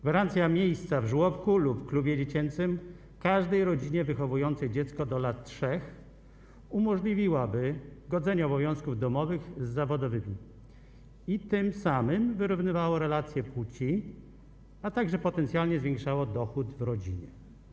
Gwarancja miejsca w żłobku lub w klubie dziecięcym każdej rodzinie wychowującej dziecko do lat 3 umożliwiłaby godzenie obowiązków domowych z zawodowymi i tym samym wyrównywałaby relacje płci, a także potencjalnie zwiększałaby dochód w rodzinie.